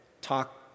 talk